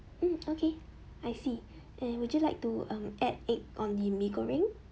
hmm okay I see and would you like to um add egg on the mee goreng